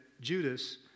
Judas